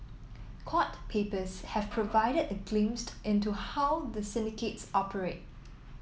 court papers have provided a into how the syndicates operate